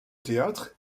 théâtre